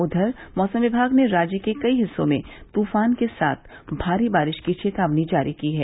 उधर मौसम विभाग ने राज्य के कई हिस्सों में तूफान के साथ भारी बारिश की चेतावनी जारी की है